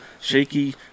shaky